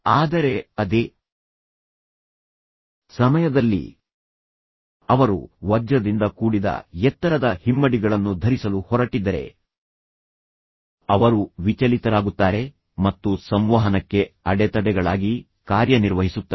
ಆದರೆ ಅದೇ ಸಮಯದಲ್ಲಿ ಅವರು ವಜ್ರದಿಂದ ಕೂಡಿದ ಎತ್ತರದ ಹಿಮ್ಮಡಿಗಳನ್ನು ಧರಿಸಲು ಹೊರಟಿದ್ದರೆ ಅವರು ವಿಚಲಿತರಾಗುತ್ತಾರೆ ಮತ್ತು ಸಂವಹನಕ್ಕೆ ಅಡೆತಡೆಗಳಾಗಿ ಕಾರ್ಯನಿರ್ವಹಿಸುತ್ತವೆ